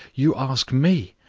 you ask me,